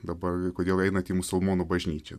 dabar kodėl einat į musulmonų bažnyčią